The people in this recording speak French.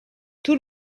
tout